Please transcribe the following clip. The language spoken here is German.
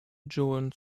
joan